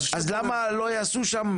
אז למה לא יעשו שם,